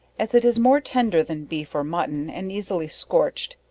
as it is more tender than beef or mutton, and easily scorched,